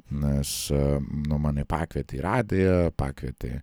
nes nu mane pakvietė į radiją pakvietė